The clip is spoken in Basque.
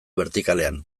bertikalean